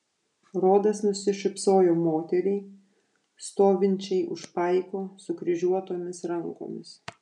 rodas nusišypsojo moteriai stovinčiai už paiko sukryžiuotomis rankomis